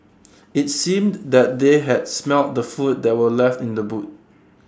IT seemed that they had smelt the food that were left in the boot